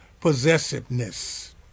possessiveness